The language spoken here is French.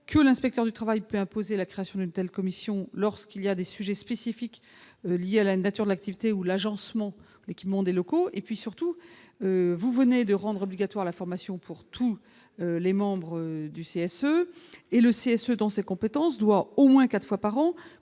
que l'inspecteur du travail peut imposer la création d'une telle commission lorsqu'il y a des sujets spécifiques liés à la nature de l'activité ou l'agencement l'équipement des locaux et puis surtout, vous venez de rendre obligatoire la formation pour tous les membres. Du CSE et le CS dans ses compétences doit au moins 4 fois par an